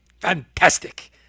Fantastic